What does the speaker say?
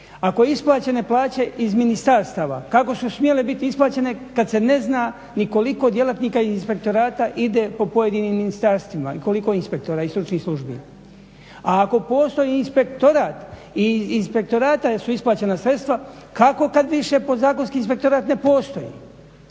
Ako isplaćene plaće iz ministarstava kako su smjele biti isplaćene kad se ne zna ni koliko djelatnika iz inspektorata ide po pojedinim ministarstvima i koliko inspektora i stručnih službi. A ako postoji inspektorat i iz inspektorata su isplaćena sredstva kako kad više po zakonu inspektorat ne postoji?